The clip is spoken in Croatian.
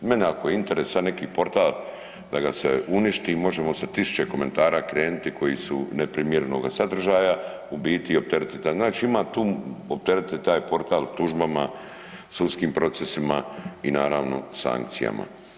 Meni ako je interes sad neki portal da ga se uništi možemo sa tisuće komentara krenuti koji su neprimjerenoga sadržaja u biti i opteretit, znači ima tu, opteretiti taj portal tužbama, sudskim procesima i naravno sankcijama.